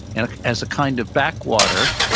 and as a kind of backwater,